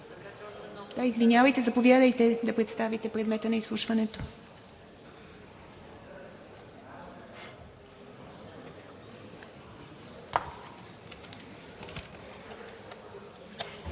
Извинявайте. Заповядайте да представите предмета на изслушването.